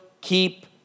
keep